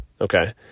okay